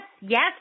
yes